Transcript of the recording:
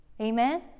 Amen